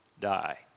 die